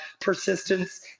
persistence